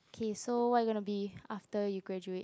K so what you gonna be after you graduate